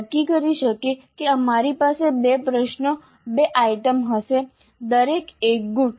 આપણે નક્કી કરી શકીએ છીએ કે અમારી પાસે બે પ્રશ્નોબે આઇટમ્સ હશે દરેક 1 ગુણ